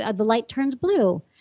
ah the light turns blue.